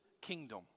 kingdom